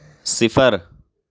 صفر